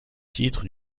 titre